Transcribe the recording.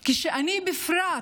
כשאני, בפרט